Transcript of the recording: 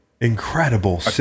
Incredible